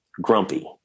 Grumpy